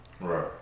Right